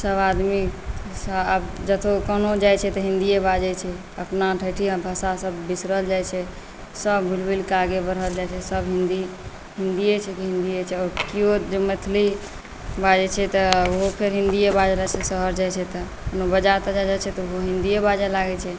सबआदमी आब जतऽ कोनहु जाइ छै तऽ हिन्दिए बाजै छै अपना ठेठिआ भाषासब बिसरल जाइ छै सब भुलि भुलिकऽ आगू बढ़ल जाइ छै सब हिन्दी हिन्दिए छै तऽ हिन्दिए छै केओ जे मैथिली बाजै छै तऽ ओहो फेर हिन्दिए बाजै छै शहर जाइ छै तऽ कोनो बाजार तजार जाइ छै तऽ ओ हिन्दिए बाजै लागै छै